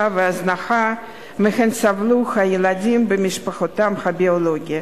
והזנחה שמהם סבלו הילדים במשפחתם הביולוגית.